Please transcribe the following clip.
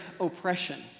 oppression